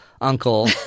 uncle